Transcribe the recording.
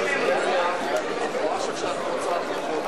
התשס"ח 2008. יש אזרחות בלי נאמנות.